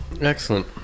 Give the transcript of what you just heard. Excellent